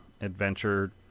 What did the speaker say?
adventure